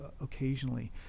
occasionally